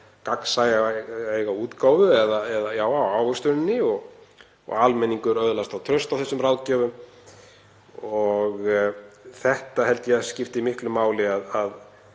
gagnsæja útgáfu af ávöxtuninni og almenningur öðlast traust á þessum ráðgjöfum og þetta held ég að skipti miklu máli. Það